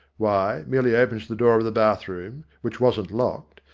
why, merely opens the door of the bathroom, which wasn't locked,